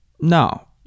No